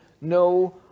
no